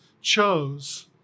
chose